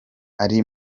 ari